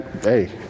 Hey